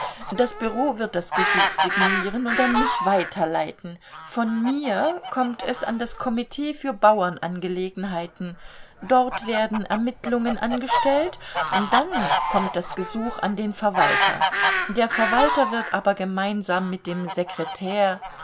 das bureau wird das gesuch signieren und an mich weiterleiten von mir kommt es an das komitee für bauernangelegenheiten dort werden ermittlungen angestellt und dann kommt das gesuch an den verwalter der verwalter wird aber gemeinsam mit dem sekretär